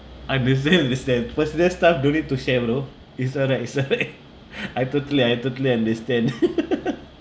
I presume is that for serious stuff no need to share bro it's alright it's alright I totally I totally understand